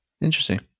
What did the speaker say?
Interesting